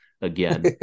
Again